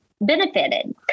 benefited